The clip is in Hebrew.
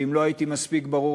ואם לא הייתי מספיק ברור,